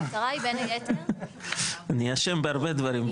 המטרה היא בין היתר --- אני אשם בהרבה דברים.